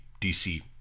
DC